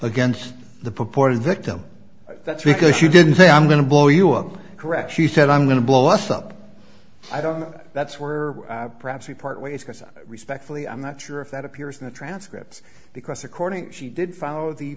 against the purported victim that's because you didn't say i'm going to blow you up correct she said i'm going to blow us up i don't know that's where perhaps we part ways because i respectfully i'm not sure if that appears in the transcripts because according she did follow the